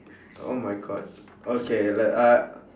oh my god okay like uh